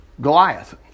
Goliath